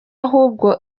ahubwo